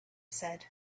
said